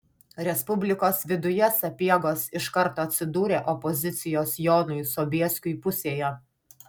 respublikos viduje sapiegos iš karto atsidūrė opozicijos jonui sobieskiui pusėje